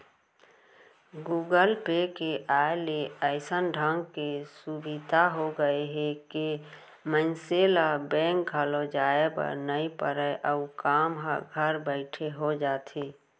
Google Pay के आय ले अइसन ढंग के सुभीता हो गए हे के मनसे ल बेंक घलौ जाए बर नइ परय अउ काम ह घर बइठे हो जाथे